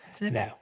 No